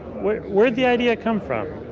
where'd where'd the idea come from?